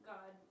God